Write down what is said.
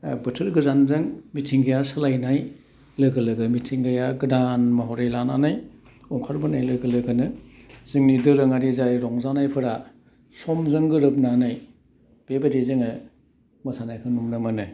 बोथोर गोजामजों मिथिंगाया सोलाइनाय लोगो लोगो मिथिंगाया गोदान महरै लानानै ओंखार बोनाय लोगो लोगोनो जोंनि दोरोङारि जाय रंजानायफोरा समजों गोरोबनानै बेबायदि जोङो मोसानाइखौ नुनो मोनो